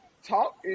Talk